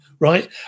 right